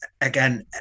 again